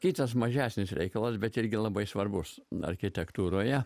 kitas mažesnis reikalas bet irgi labai svarbus architektūroj